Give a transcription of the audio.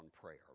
prayer